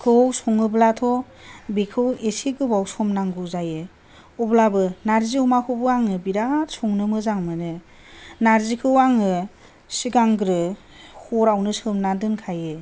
खौ सङोब्लाथ' बेखौ एसे गोबाव सम नांगौ जायो अब्लाबो नार्जि अमाखौबो आं बिराद संनो मोजां मोनो नार्जिखौ आङो सिगांग्रो हरावनो सोमना दोनखायो